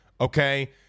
okay